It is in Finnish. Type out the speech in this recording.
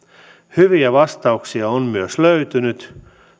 hyviä vastauksia on myös löytynyt